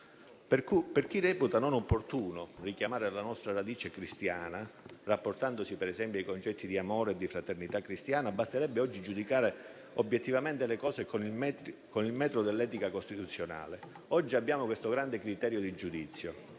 Per chi reputa non opportuno richiamare la nostra radice cristiana, rapportandosi per esempio ai concetti di amore e di fraternità cristiani, basterebbe oggi giudicare obiettivamente le cose con il metodo dell'etica costituzionale. Oggi abbiamo questo grande criterio di giudizio,